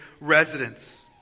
residents